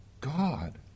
God